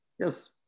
Yes